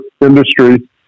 industry